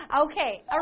Okay